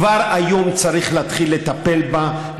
כבר היום צריך להתחיל לטפל בה,